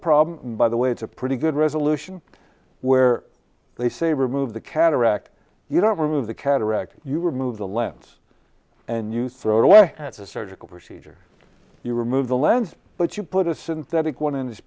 problem and by the way it's a pretty good resolution where they say remove the cataract you don't remove the cataract you remove the lens and you throw away the surgical procedure you remove the lens but you put a synthetic one in this